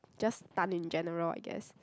just stunned in general I guess